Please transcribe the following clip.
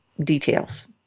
details